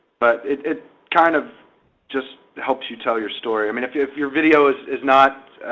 but it kind of just helps you tell your story. i mean if your if your video is is not